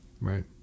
Right